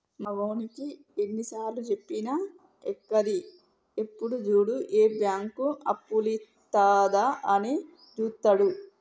మావోనికి ఎన్నిసార్లుజెప్పినా ఎక్కది, ఎప్పుడు జూడు ఏ బాంకు అప్పులిత్తదా అని జూత్తడు